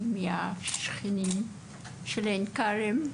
היינו שכנים שלהם בעין כרם.